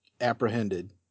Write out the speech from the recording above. apprehended